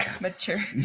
mature